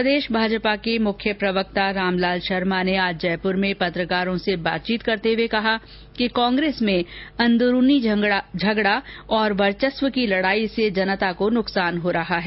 प्रदेश भाजपा के मुख्य प्रवक्ता रामलाल शर्मा ने आज जयपुर में पत्रकारों से बातचीत करते हुए कहा कि कांग्रेस में अंदरूनी झगड़ा और वर्चस्व की लड़ाई से जनता को नुकसान हो रहा है